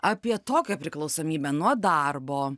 apie tokią priklausomybę nuo darbo